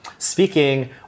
Speaking